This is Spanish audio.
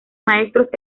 maestros